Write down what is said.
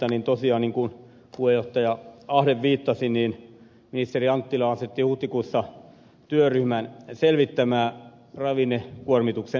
tosiaan niin kuin puheenjohtaja ahde viittasi ministeri anttila asetti huhtikuussa työryhmän selvittämään ravinnekuormituksen vähentämistä